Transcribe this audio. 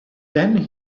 then